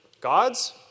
God's